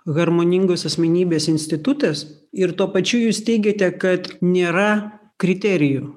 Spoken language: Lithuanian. harmoningos asmenybės institutas ir tuo pačiu jūs teigiate kad nėra kriterijų